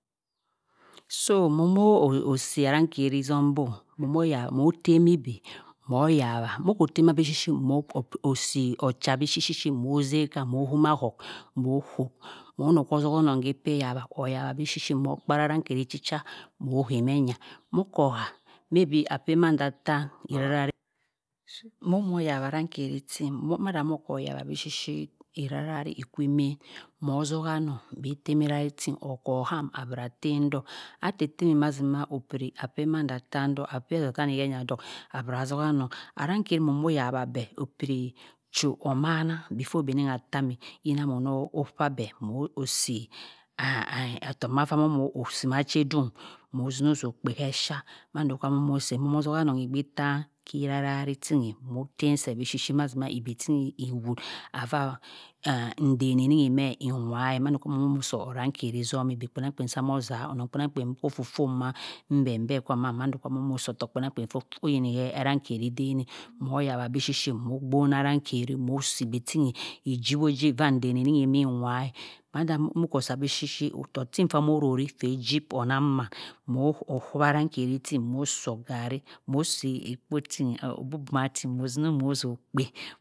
So mo moh si arankeri zum bho moh temine moh yawah moh okho termah bishi shi mho si ocha sishi shi mho zay kha moh zima halk mho kho mho zoh ozhonong hay epeyaws oyawah sishi mho mho kpara arankhe ri chi cha mho hay men yah moh kho ha maybe akpay manda torn erarahi mho mho yawah arrenkheri tin manda moh-kho yawah. irara hi ikhi mein moh zola anongh okho temerarahi tin or kho ham abra tem dohk atem tem mazima oprir akpay manda atem dohk akpay azaetherni her dolik abra zoha anong arankeri moh zoh yawa beh opiri cho omang be fare be nia tarmhe ina mho zho kpa bhe moh si otohk owohn masa edung moh zimo osohm kpe he slaa mandho amo mo sey moh mho zoha nong igbi tarn khi rarari tin moh term see mazima ebay tin ewou avah nden in mhe nwa eh mando omoh si oraakheri zum eh egbi kpenang-kpen amoh zah onong kpen amkpen oh ofofun mha mbembe mando amo so otohk kpenang kpen oyini hey orangkeri den eh mho yawah bi shi ghi mho ogbon arankheri mho si ibi ting ijibwojis mho kho sah bi shi shi otohk tin kpha imonori bi phe jib onang man moh okhowarang keri ting moh soh ogari mho si ekpo ting obubuma tin moh zini bom ozo kpha